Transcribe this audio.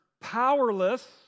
powerless